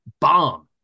bomb